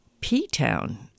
P-Town